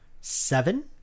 seven